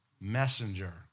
messenger